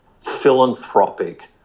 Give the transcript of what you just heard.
philanthropic